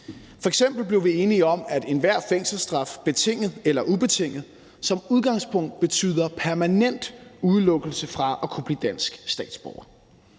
blev vi enige om, at enhver fængselsstraf, betinget eller ubetinget, som udgangspunkt betyder permanent udelukkelse fra at kunne blive dansk statsborger.